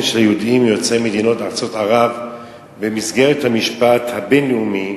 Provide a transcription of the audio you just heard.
של יהודים יוצאי מדינות ארצות ערב במסגרת המשפט הבין-לאומי,